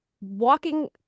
walking